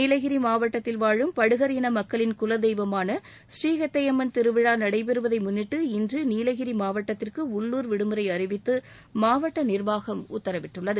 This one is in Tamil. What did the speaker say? நீலகிரி மாவட்டத்தில் வாழும் படுகர் இன மக்களின் குலதெய்வமான ஸ்ரீ ஹெத்தையம்மன் திருவிழா நடைபெறுவதை முன்னிட்டு இன்று நீலகிரி மாவட்டத்திற்கு உள்ளூர் விடுமுறை அறிவித்து மாவட்ட நிர்வாகம் உத்தரவிட்டுள்ளது